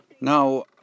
Now